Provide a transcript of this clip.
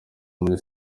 muri